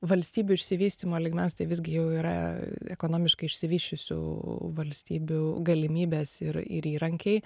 valstybių išsivystymo lygmens tai visgi jau yra ekonomiškai išsivysčiusių valstybių galimybės ir ir įrankiai